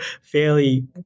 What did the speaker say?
fairly